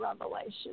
Revelation